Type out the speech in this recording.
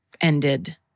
ended